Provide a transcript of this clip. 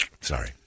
sorry